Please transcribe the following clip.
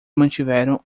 mantiveram